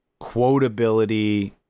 quotability